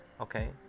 okay